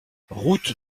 route